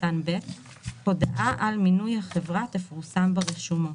(ב)הודעה על מינוי החברה תפורסם ברשומות."